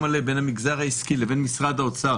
מלא בין המגזר העסקי לבין משרד האוצר,